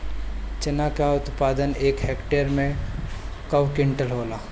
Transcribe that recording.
चना क उत्पादन एक हेक्टेयर में कव क्विंटल होला?